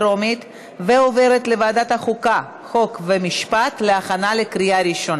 לוועדת החוקה, חוק ומשפט נתקבלה.